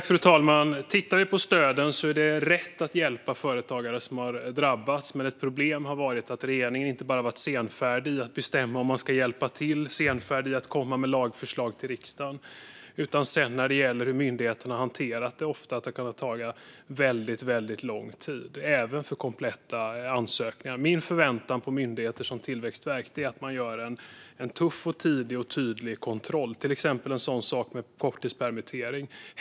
Fru talman! När det gäller stöden är det rätt att hjälpa företagare som har drabbats. Ett problem har dock varit inte bara att regeringen har varit senfärdig i att bestämma om man ska hjälpa till och i att komma med lagförslag till riksdagen utan också att det sedan ofta har kunnat ta väldigt lång tid för myndigheterna att hantera detta, även vid kompletta ansökningar. Min förväntan på myndigheter som Tillväxtverket är att man gör en tuff, tidig och tydlig kontroll, till exempel vid korttidspermittering.